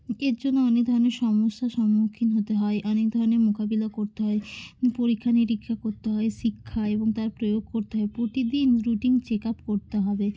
এর জন্য অনেক ধরনের সমস্যার সম্মুখীন হতে হয় অনেক ধরনের মোকাবিলা করতে হয় পরীক্ষা নিরীক্ষা করতে হয় শিক্ষা এবং তার প্রয়োগ করতে হয় প্রতিদিন রুটিন চেক আপ করতে হবে